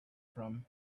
from